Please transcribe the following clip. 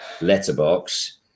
letterbox